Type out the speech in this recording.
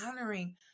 honoring